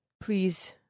Please